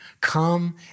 Come